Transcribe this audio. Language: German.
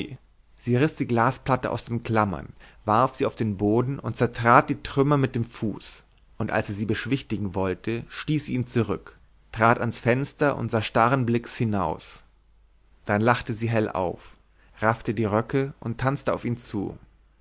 sie riß die glasplatte aus den klammern warf sie auf den boden und zertrat die trümmer mit dem fuß und als er sie beschwichtigen wollte stieß sie ihn zurück trat aus fenster und sah starren blicks hin aus dann lachte sie hell auf raffte die röcke und tanzte auf ihn zu